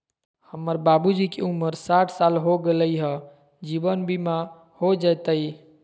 हमर बाबूजी के उमर साठ साल हो गैलई ह, जीवन बीमा हो जैतई?